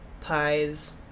pies